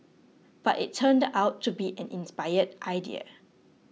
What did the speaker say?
but it turned out to be an inspired idea